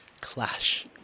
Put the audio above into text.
clash